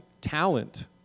talent